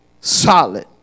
solid